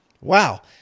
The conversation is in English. wow